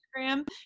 instagram